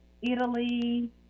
Italy